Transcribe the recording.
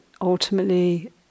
ultimately